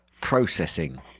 processing